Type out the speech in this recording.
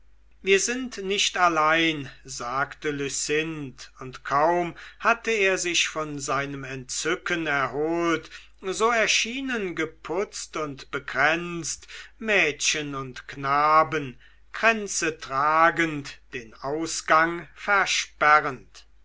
wir sind nicht allein sagte lucinde und kaum hatte er sich von seinem entzücken erholt so erschienen geputzt und bekränzt mädchen und knaben kränze tragend den ausgang versperrend